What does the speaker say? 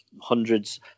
hundreds